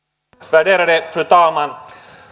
värderade fru talman